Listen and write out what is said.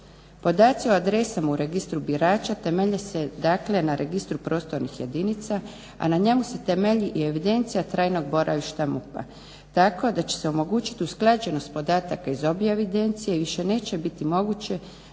Podaci o adresama u Registru birača temelje se dakle na registru prostornih jedinica, a na njemu se temelji i evidencija trajnog boravišta MUP-a tako da će se omogućit usklađenost podataka iz obje evidencije i više neće biti moguće